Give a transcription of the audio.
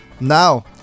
Now